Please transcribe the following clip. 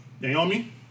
Naomi